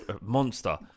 monster